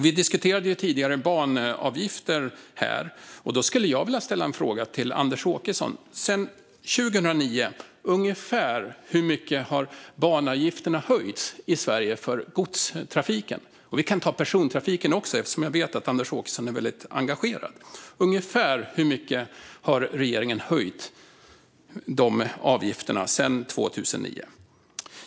Vi diskuterade tidigare banavgifter här. Då skulle jag vilja ställa en fråga till Anders Åkesson: Ungefär hur mycket har banavgifterna för godstrafiken höjts i Sverige sedan 2009? Vi kan ta persontrafiken också, eftersom jag vet att Anders Åkesson är väldigt engagerad. Ungefär hur mycket har regeringen höjt de avgifterna sedan 2009?